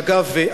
אגב,